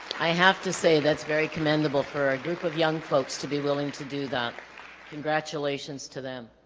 i have to say that's very commendable for a group of young folks to be willing to do that congratulations to them